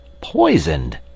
Poisoned